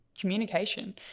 communication